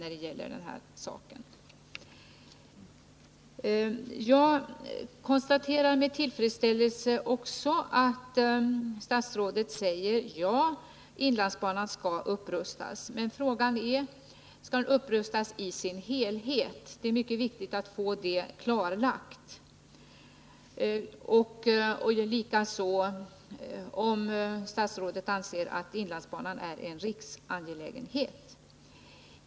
Med tillfredsställelse konstaterar jag att statsrådet säger ja till en upprustning av inlandsbanan. Men det är då mycket viktigt att få klarlagt om den skall upprustas i sin helhet, likaså om statsrådet anser att inlandsbanan är en riksangelägenhet.